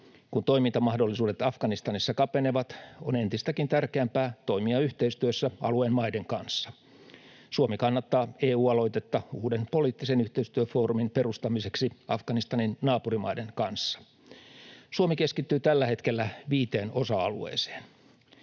Kun toimintamahdollisuudet Afganistanissa kapenevat, on entistäkin tärkeämpää toimia yhteistyössä alueen maiden kanssa. Suomi kannattaa EU-aloitetta uuden poliittisen yhteistyöfoorumin perustamiseksi Afganistanin naapurimaiden kanssa. Suomi keskittyy tällä hetkellä viiteen osa-alueeseen: